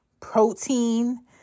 protein